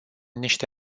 niște